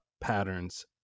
patterns